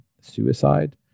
suicide